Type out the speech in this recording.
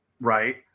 Right